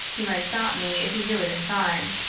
he might stop me if he knew it in time.